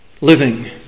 living